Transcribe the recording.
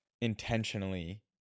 intentionally